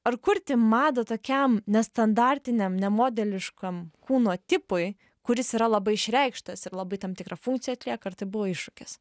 ar kurti madą tokiam nestandartiniam ne modeliškam kūno tipui kuris yra labai išreikštas ir labai tam tikrą funkciją atlieka ar tai buvo iššūkis